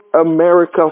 America